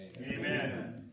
Amen